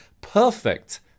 perfect